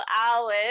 hours